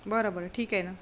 बरं बरं ठीक आहे ना